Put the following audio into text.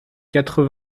quatre